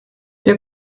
wir